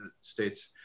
states